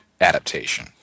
adaptation